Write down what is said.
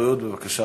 חבר הכנסת